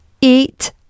Eat